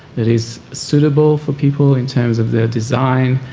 that is suitable for people in terms of the design,